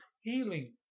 healing